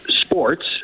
sports